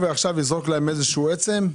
לזרוק להם עכשיו איזושהי עצם?